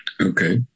Okay